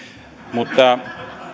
mutta